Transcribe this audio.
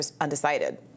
undecided